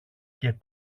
και